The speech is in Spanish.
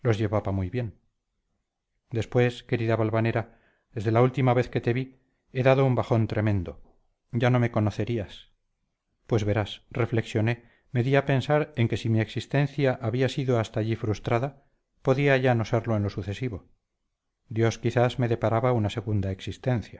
llevaba muy bien después querida valvanera desde la última vez que te vi he dado un bajón tremendo ya no me conocerías pues verás reflexioné me di a pensar en que si mi existencia había sido hasta allí frustrada podía ya no serlo en lo sucesivo dios quizás me deparaba una segunda existencia